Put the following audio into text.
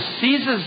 seizes